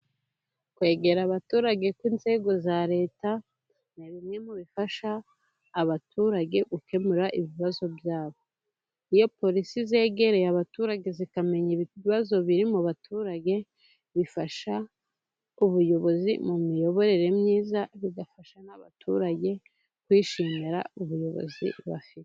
Kwegera abaturage ku inzego za Leta, ni bimwe mu bifasha abaturage gukemura ibibazo byabo. Iyo polisi zegereye abaturage zikamenya ibibazo biri mu baturage, bifasha ubuyobozi mu miyoborere myiza, bigafasha n'abaturage kwishimira ubuyobozi bafite.